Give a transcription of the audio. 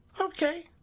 Okay